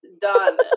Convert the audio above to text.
done